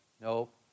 nope